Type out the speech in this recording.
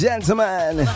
Gentlemen